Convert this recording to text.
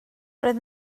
roedd